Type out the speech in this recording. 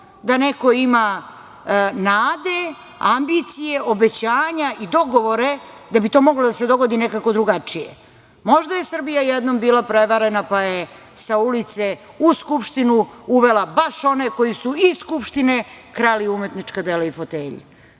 da neko ima nade, ambicije, obećanja i dogovore da bi to moglo da se dogodi nekako drugačije. Možda je Srbija jednom bila prevarena, pa je sa ulice u Skupštinu uvela baš one koji su iz Skupštine krali umetnička dela i fotelje.